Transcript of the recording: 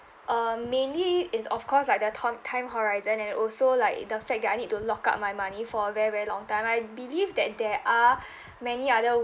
uh mainly is of course like they're to~ time horizon and it also like the fact that I need to lock up my money for a very very long time I believe that there are many other